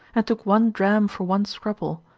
and took one dram for one scruple,